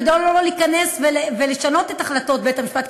כדי לא להיכנס ולשנות את החלטות בית-המשפט,